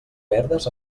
verdes